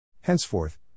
Henceforth